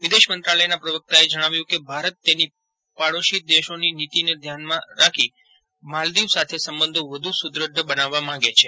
વિદેશમંત્રાલયના પ્રવકતાએ જણાવ્યું છે કે ભારત તેની પાડોશી દેશની નિતીને ધ્યાનમાં રાખી માલદીવ સાથે સંબંધો વધુ સુદઢ બનાવવા માંગે છે